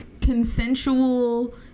consensual